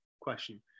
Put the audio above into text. question